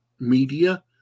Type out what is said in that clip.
media